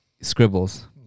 Scribbles